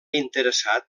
interessat